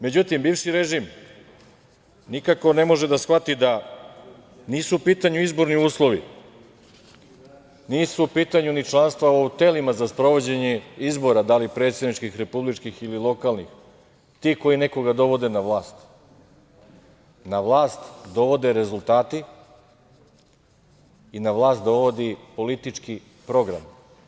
Međutim, bivši režim nikako ne može da shvati da nisu u pitanju izborni uslovi, nisu u pitanju ni članstva u telima za sprovođenje izbora, da li predsedničkih, republičkih ili lokalnih, ti koji nekoga dovode na vlast, na vlast dovode rezultati i na vlast dovodi politički program.